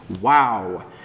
Wow